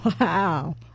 Wow